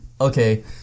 Okay